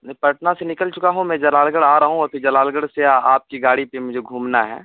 میں پٹنہ سے نکل چکا ہوں میں جلال گڑھ آ رہا ہوں اور تو جلال گڑھ سے آپ کی گاڑی پہ مجھے گھومنا ہے